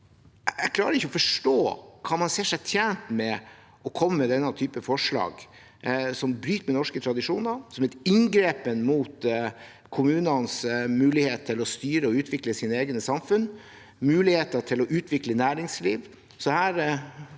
Jeg klarer ikke å forstå hvordan man ser seg tjent med å komme med denne typen forslag, som bryter med norske tradisjoner, og som er et inngrep i kommunenes mulighet til å styre og utvikle sine egne samfunn og til å utvikle næringsliv.